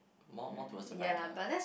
more more towards the right lah